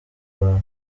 bar